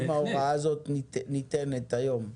האם ההוראה הזאת ניתנת היום?